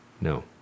no